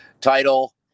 title